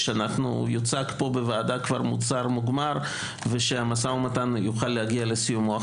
יוצג פה בוועדה מוצר מוגמר ושהמשא ומתן יוכל להגיע לסיומו.